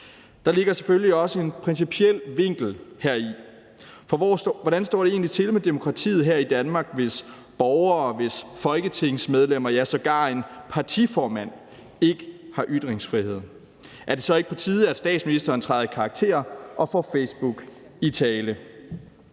Der ligger selvfølgelig også en principiel vinkel heri. For hvordan står det egentlig til med demokratiet her i Danmark, hvis borgere, hvis folketingsmedlemmer, ja, sågar en partiformand ikke har ytringsfrihed? Er det så ikke på tide, at statsministeren træder i karakter og får Facebook i tale?